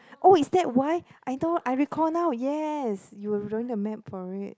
oh is that why I know I recall now yes you were drawing the map for it